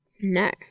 No